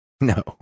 No